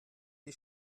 die